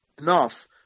enough